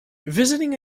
visiting